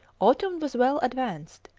autumn was well advanced,